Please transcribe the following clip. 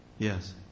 Yes